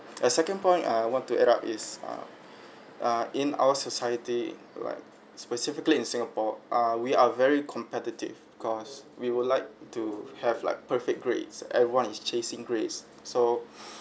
a second point I want to add up is ah ah in our society like specifically in singapore ah we are very competitive cause we would like to have like perfect grades everyone is chasing grades so